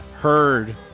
heard